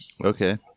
Okay